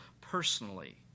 personally